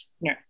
No